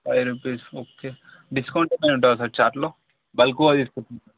five rupees okay discount ఉంటాయంటారా sir చార్ట్లో బల్క్గా తీసుకుంటాం